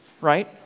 right